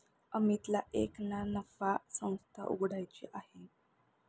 अमितला एक ना नफा संस्था उघड्याची आहे